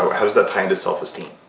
how does that tie into self-esteem?